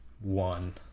one